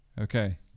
okay